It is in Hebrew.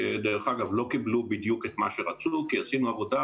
שדרך אגב לא קיבלו בדיוק את מה שרצו כי עשינו עבודה